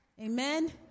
amen